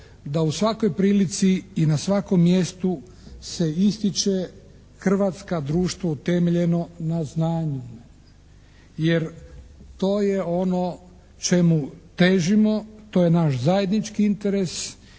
da u svakoj prilici i na svakom mjestu se ističe Hrvatska društvo utemeljeno na znanju. Jer to je ono čemu težimo, to je naš zajednički interes